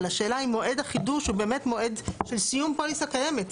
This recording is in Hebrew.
אבל השאלה אם מועד החידוש הוא באמת מועד של סיום פוליסה קיימת?